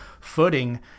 footing